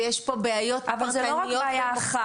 ויש פה בעיות פרטניות --- זו לא רק בעיה אחת.